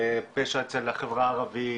בפשע אצל החברה הערבית,